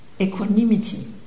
equanimity